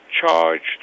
charged